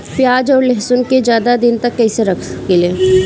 प्याज और लहसुन के ज्यादा दिन तक कइसे रख सकिले?